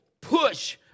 push